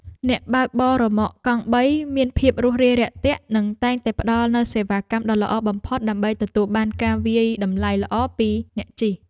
អ្នកបើកបររ៉ឺម៉កកង់បីមានភាពរួសរាយរាក់ទាក់និងតែងតែផ្តល់នូវសេវាកម្មដ៏ល្អបំផុតដើម្បីទទួលបានការវាយតម្លៃល្អពីអ្នកជិះ។